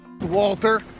Walter